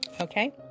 Okay